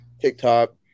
TikTok